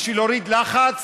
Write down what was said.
בשביל להוריד לחץ,